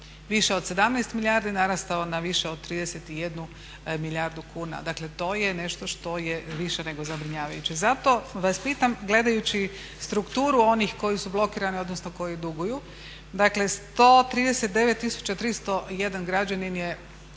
više od 17 milijardi narastao na više od 31 milijardu kuna. Dakle to je nešto što je više nego zabrinjavajuće. Zato vas pitam, gledajući strukturu onih koji su blokirani, odnosno koji duguju, dakle 139 tisuća 301 građanin je